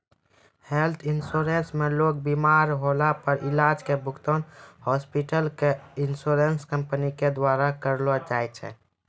health insurance मे लोग बिमार होला पर इलाज के भुगतान हॉस्पिटल क इन्शुरन्स कम्पनी के द्वारा करलौ जाय छै